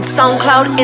SoundCloud